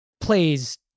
plays